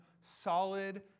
solid